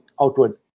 outward